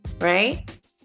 right